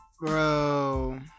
Bro